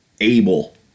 able